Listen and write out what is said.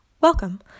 welcome